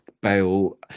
Bale